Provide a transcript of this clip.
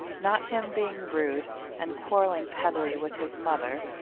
not him being rude and quarrelling pettily with his mother,